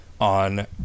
on